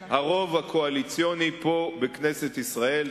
על-ידי הרוב הקואליציוני פה בכנסת ישראל.